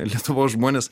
lietuvos žmonės